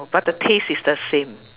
but the taste is the same